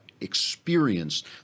experienced